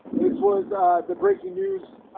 this was the breaking news,